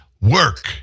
work